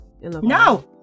No